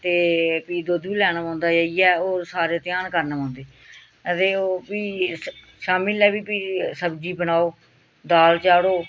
ते फ्ही दुद्ध बी लैना पौंदा इ'यै होर सारें ध्यान करना पौंदी ते ओह् फ्ही शामी लै बी फ्ही सब्ज़ी बनाओ दाल चाढ़ो